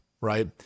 right